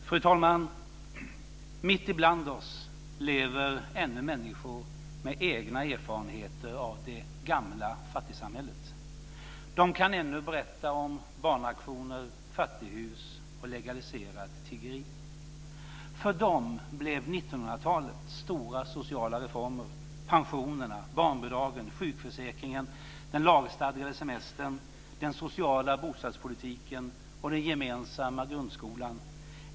Fru talman! Mitt ibland oss lever ännu människor med egna erfarenheter av det gamla fattigsamhället. De kan ännu berätta om barnauktioner, fattighus och legaliserat tiggeri. För dem blev 1900-talet stora sociala reformer: pensionerna, barnbidragen, sjukförsäkringen, den lagstadgade semestern, den sociala bostadspolitiken och den gemensamma grundskolan.